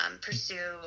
pursue